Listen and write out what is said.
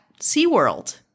SeaWorld